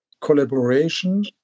collaboration